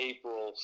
April